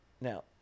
now